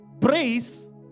Praise